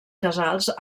casals